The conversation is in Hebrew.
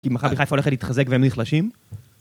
כי מכבי חיפה הולכת להתחזק והם נחלשים